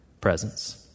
presence